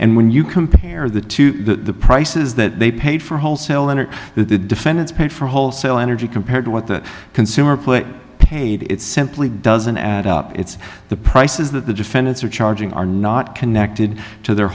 and when you compare that to the prices that they paid for wholesale entered the defendants paid for wholesale energy compared to what the consumer put paid it simply doesn't add up it's the prices that the defendants are charging are not connected to their